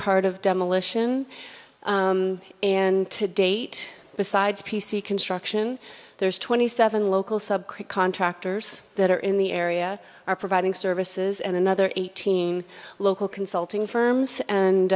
part of demolition and to date besides p c construction there's twenty seven local subcontractors that are in the area are providing services and another eighteen local consulting firms